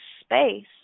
space